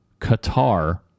Qatar